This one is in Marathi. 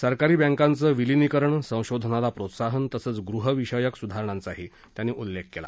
सरकारी बँकांचं विलिनीकरण संशोधनाला प्रोत्साहन तसंच गृहविषयक सुधारणांचाही त्यांनी उल्लेख केला